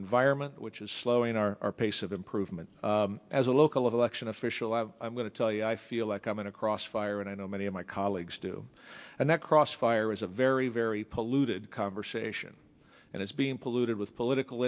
environment which is slowing our pace of improvement as a local election official i'm going to tell you i feel like i'm in a crossfire and i know many of my colleagues do and that crossfire is a very very polluted conversation and it's being polluted with political